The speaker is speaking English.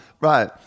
Right